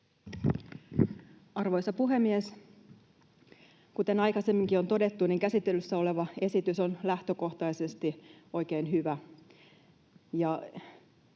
Arvoisa puhemies! Kuten aikaisemminkin on todettu, käsittelyssä oleva esitys on lähtökohtaisesti oikein hyvä.